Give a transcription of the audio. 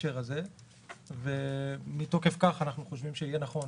בהקשר הזה ומתוקף כך אנחנו חושבים שיהיה נכון